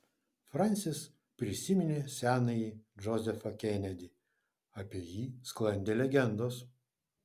fransis prisiminė senąjį džozefą kenedį apie jį sklandė legendos